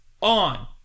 on